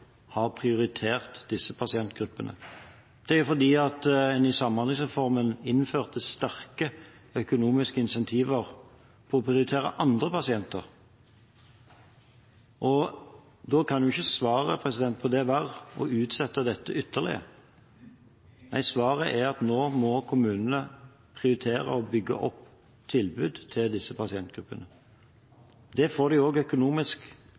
har prioritert disse pasientgruppene, og det er fordi en i samhandlingsreformen innførte sterke økonomiske incentiver til å prioritere andre pasienter. Da kan jo ikke svaret på det være å utsette dette ytterligere. Nei, svaret er at nå må kommunene prioritere å bygge opp tilbud til disse pasientgruppene. Det får de også økonomisk